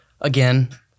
Again